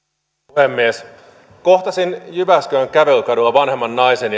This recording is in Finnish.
puhemies kohtasin jyväskylän kävelykadulla vanhemman naisen